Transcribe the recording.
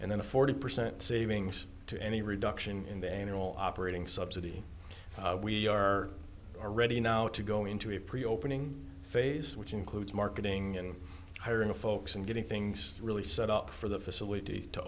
and then a forty percent savings to any reduction in the annual operating subsidy we are ready now to go into a pre opening phase which includes marketing and hiring of folks and getting things really set up for the facility to